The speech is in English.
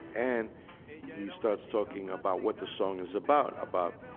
and he starts talking about what the song is about. about.